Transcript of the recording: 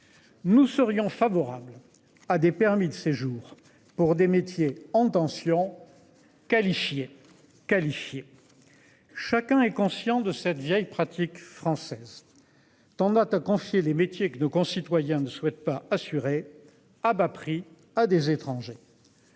Nous serions favorables à des permis de séjour pour des métiers en tension. Qualifié qualifié. Chacun est conscient de cette vieille pratique française. En as t'a confié les métiers que nos concitoyens ne souhaite pas assuré à bas prix à des étrangers.